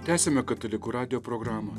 tęsiame katalikų radijo programą